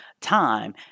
time